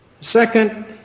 Second